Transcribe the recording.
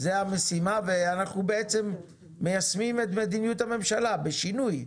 זאת המשימה ואנחנו בעצם מיישמים את מדיניות הממשלה בשינוי.